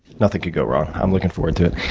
nothing could go wrong. i'm looking forward to it.